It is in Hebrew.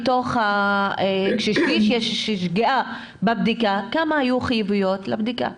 כשיש 30% שגיאה, מה היו חיוביות לבדיקה?